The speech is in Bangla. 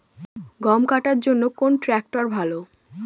গম কাটার জন্যে কোন ট্র্যাক্টর ভালো?